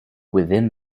within